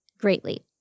greatly